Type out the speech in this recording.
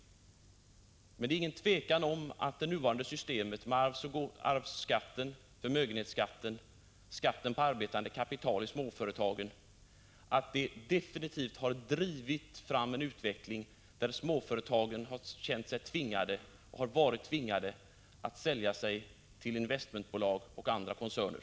Men det är inget tvivel om att det nuvarande systemet med arvs-, gåvooch förmögenhetsskatt samt skatt på arbetande kapital i småföretag definitivt har drivit fram en utveckling där småföretagen varit tvingade att sälja sig till investmentbolag och andra koncerner.